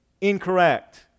Incorrect